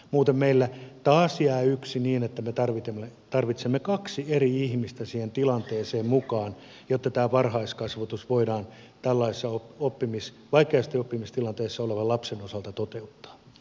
muuten meillä taas jää niin että me tarvitsemme kaksi eri ihmistä siihen tilanteeseen mukaan jotta tämä varhaiskasvatus voidaan tällaisessa vaikeassa oppimistilanteessa olevan lapsen osalta toteuttaa